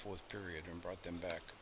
fourth period and brought them back